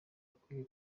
akwiye